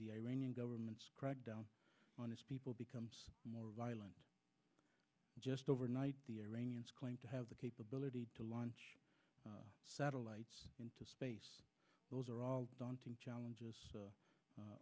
the iranian government's crackdown on its people becomes more violent just overnight the iranians claim to have the capability to launch satellites into space those are all daunting challenges